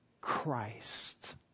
Christ